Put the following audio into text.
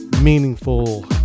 meaningful